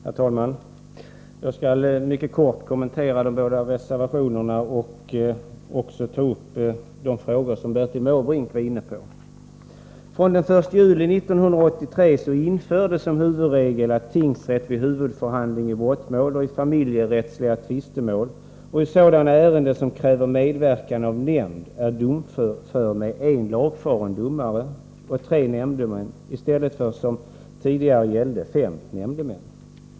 Herr talman! Jag skall mycket kortfattat kommentera de båda reservationerna om antalet nämndemän och beröra de frågor som Bertil Måbrink var inne på. Från den 1 juli 1983 infördes som huvudregel att tingsrätt vid huvudförhandling i brottmål, familjerättsliga tvistemål och sådana ärenden som kräver medverkan av nämnd är domför med en lagfaren domare och tre nämndemän, i stället för som tidigare fem nämndemän.